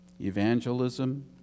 evangelism